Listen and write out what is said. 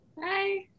Hi